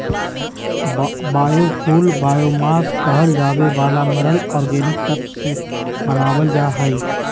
biofuel biomass कहल जावे वाला मरल ऑर्गेनिक तत्व से बनावल जा हइ